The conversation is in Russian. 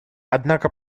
однако